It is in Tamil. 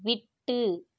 விட்டு